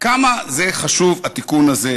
כמה זה חשוב, התיקון הזה?